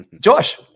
Josh